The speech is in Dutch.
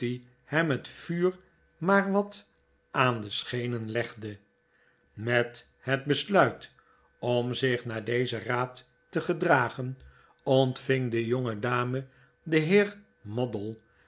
hem het vuur maar wat na aan de schenen legde met het besluit om zich naar dezen raad te gedragen ontving de jongedame den heer moddle